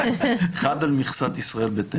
אחד על מכסת ישראל ביתנו.